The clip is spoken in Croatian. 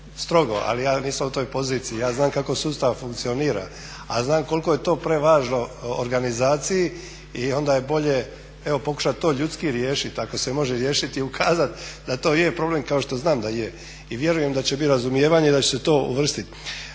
strogo, ali ja nisam u toj poziciji. Ja znam kako sustav funkcionira, ali znam koliko je to prevažno organizaciji i onda je bolje evo pokušati to ljudski riješiti ako se može riješiti i ukazati da to je problem kao što znam da je. I vjerujem da će bit razumijevanje i da će se to uvrstiti.